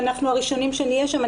אנחנו הראשונים להיות שם.